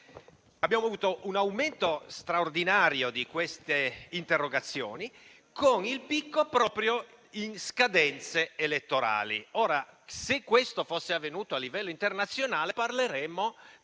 Abbiamo avuto un aumento straordinario di queste interrogazioni, con il picco proprio intorno alle scadenze elettorali. Ora, se questo fosse avvenuto a livello internazionale, parleremmo